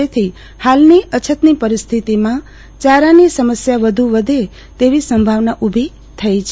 તેવી હાલની અછતની પરીસ્થિતિમાં યારાની સમસ્યા વધુ વધે તેવી સંભાવના ઉભી થઇ છે